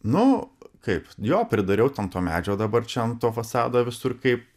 nu kaip jo pridariau ten to medžio dabar šiam to fasado visur kaip